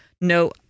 No